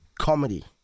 comedy